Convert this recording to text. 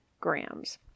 grams